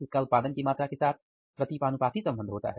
इसका उत्पादन की मात्रा के साथ प्रतिपानूपाती सम्वन्ध होता है